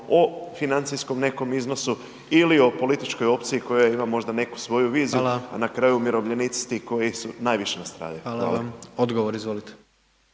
o financijskom nekom iznosu ili o političkoj opciji koja ima možda neku svoju viziju, a na kraju su …/Upadica: Hvala./… umirovljenici ti koji su najviše nastradali. Hvala vam. **Jandroković,